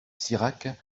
sirac